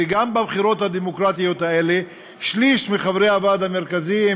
שגם בבחירות הדמוקרטיות האלה שליש מחברי הוועד המרכזי,